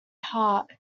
heart